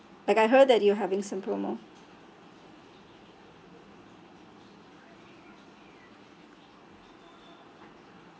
like I heard that you're having some promo